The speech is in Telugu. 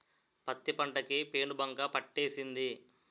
పత్తి పంట కి పేనుబంక పట్టేసింది